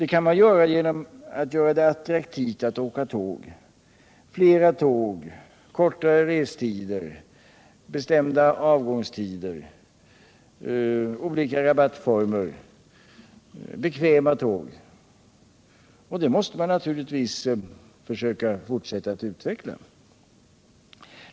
Det kan man åstadkomma genom att göra det attraktivt att åka tåg, t.ex. genom fler tåg, kortare restider, bestämda avgångstider, olika rabattformer och bekväma tåg. Det måste man naturligtvis försöka fortsätta att utveckla.